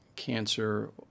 cancer